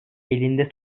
elinde